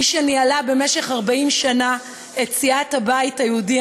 מי שניהלה במשך 40 שנה את סיעת הבית היהודי,